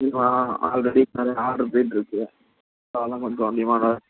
already நிறையா order போயிகிட்ருக்கு அதால் கொஞ்சம் டிமேண்டாக இருக்குது